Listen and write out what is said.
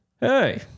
hey